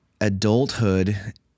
adulthood